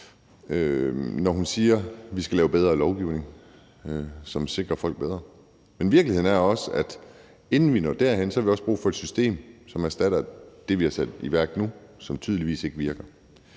fra – siger, at vi skal lave bedre lovgivning, som sikrer folk bedre. Men virkeligheden er også, at inden vi når derhen, har vi brug for et system, som erstatter det, vi har sat i værk nu, som tydeligvis ikke virker.